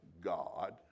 God